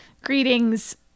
greetings